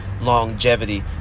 longevity